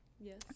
Yes